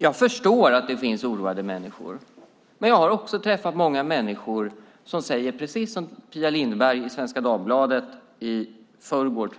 Jag förstår att människor oroar sig, men jag har också träffat många människor som säger, precis som Pia Lundgren i Svenska Dagbladet i förrgår, att